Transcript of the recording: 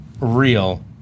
Real